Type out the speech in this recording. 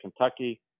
Kentucky